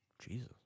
Jesus